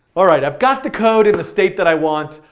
alright, i've got the code in the state that i want.